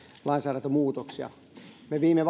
lainsäädäntömuutoksia viime